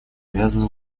обязаны